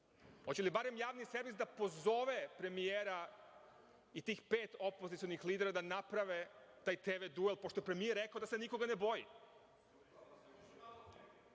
Hoće li barem javni servis da pozove premijera i tih pet opozicionih lidera da naprave taj TV duel, pošto je premijer rekao da se nikoga ne